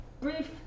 Brief